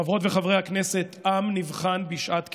חברות וחברי הכנסת, עם נבחן בשעת כאב.